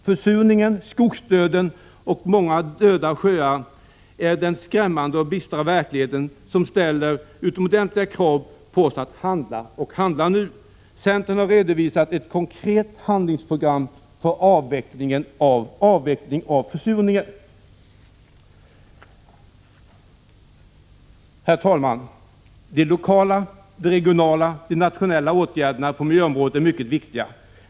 Försurningen, skogsdöden och många döda sjöar är den skrämmande och bistra verkligheten, som ställer utomordentliga krav på oss att handla och handla nu. Centern har redovisat ett konkret handlingsprogram för att få ett slut på försurningen. Herr talman! De lokala, regionala och nationella åtgärderna på mil 2 jöområdet är mycket viktiga.